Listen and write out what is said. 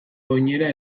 oinera